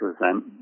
present